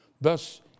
Thus